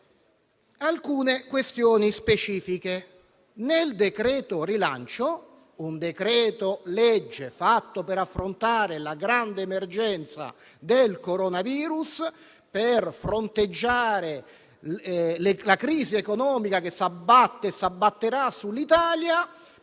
alcune questioni specifiche: nel cosiddetto decreto rilancio, un decreto-legge fatto per affrontare la grande emergenza del coronavirus, per fronteggiare la crisi economica che si abbatte e si abbatterà sull'Italia